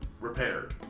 repaired